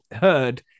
heard